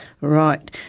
Right